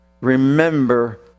remember